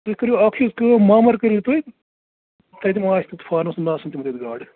تُہۍ کٔرِو اَکھ چیٖز کٲم مامر کٔرِو تُہۍ تتہِ مہَ آسہِ تتہِ فارمَس منٛز آسن تِمن تتہِ گاڈٕ